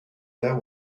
there